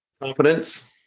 Confidence